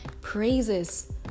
praises